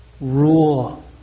rule